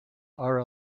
are